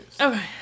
Okay